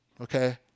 okay